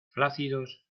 flácidos